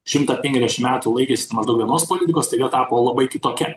šimtą penkiasdešim metų laikėsi maždaug vienos politikos tai jau tapo labai kitokia